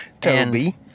Toby